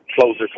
closer